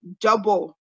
double